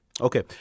Okay